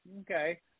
okay